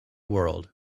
world